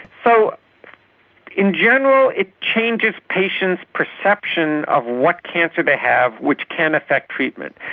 so in general it changes patients' perception of what cancer they have, which can affect treatment.